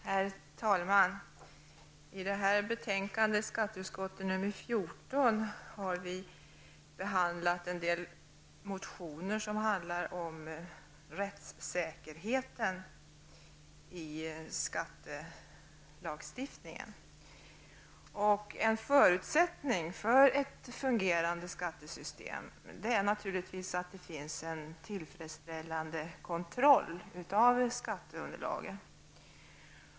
Herr talman! I detta skatteutskottets betänkande 14 behandlas en del motioner som handlar om rättssäkerheten i skattelagstiftningen. En förutsättning för ett fungerande skattesystem är naturligtvis att det finns en tillfredsställande kontroll av skatteunderlaget.